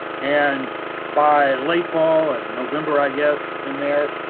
and by late fall and november, i guess, in there,